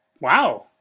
Wow